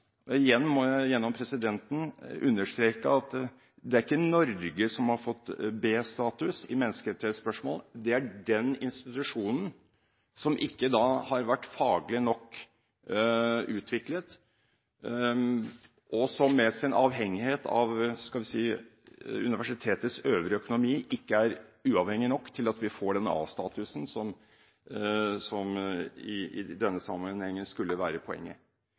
B-status. Igjen må jeg – gjennom presidenten – understreke at det ikke er Norge som har fått B-status i menneskerettighetsspørsmål; det et er den institusjonen, som ikke har vært faglig nok utviklet, og som med sin avhengighet av universitetets øvrige økonomi ikke er uavhengig nok til at vi får den A-statusen som i denne sammenhengen skulle være poenget.